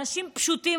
אנשים פשוטים,